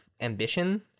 ambition